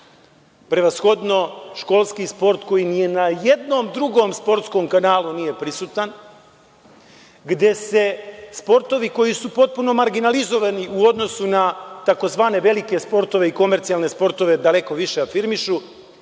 Prevashodno školski sport koji nije na jednom drugom sportskom kanalu nije prisutan, gde se sportovi koji su potpuno marginalizovani u odnosu na tzv. velike sportove i komercijalne sportove daleko više afirmišu,